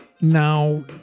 Now